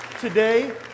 today